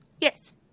yes